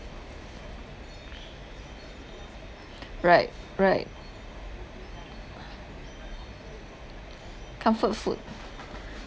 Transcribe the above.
right right comfort food